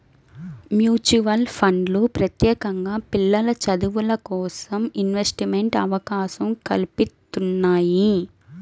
mutual ఫండ్లు ప్రత్యేకంగా పిల్లల చదువులకోసం ఇన్వెస్ట్మెంట్ అవకాశం కల్పిత్తున్నయ్యి